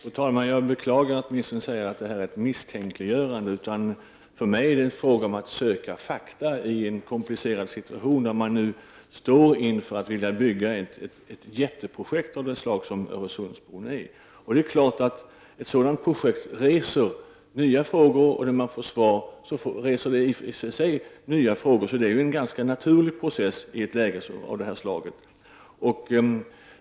Fru talman! Jag beklagar att ministern säger att det här är ett misstänkliggörande. För mig är det fråga om att söka fakta i en komplicerad situation, när man nu vill genomföra ett jätteprojekt av det slag som Öresundsbron är. Det är klart att ett sådant projekt reser nya frågor, och när man får svar på dem reser de i sig nya frågor. Det är en ganska naturlig process i ett läge av det här slaget.